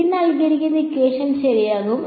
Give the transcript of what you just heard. അതിനാൽ അത് ശരിയാകും